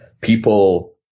People